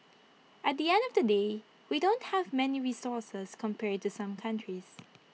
at the end of the day we don't have many resources compared to some countries